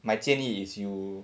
my 建议 is you